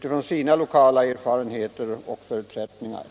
från sina lokala erfarenheter och förutsättningar.